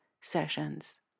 sessions